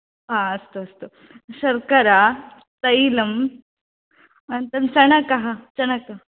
हा अस्तु अस्तु शर्करा तैलं अनन्तरं चणकः चणकः